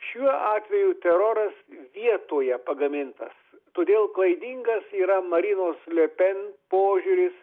šiuo atveju teroras vietoje pagamintas todėl klaidingas yra marinos le pen požiūris